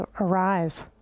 arise